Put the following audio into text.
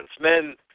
Men